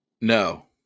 No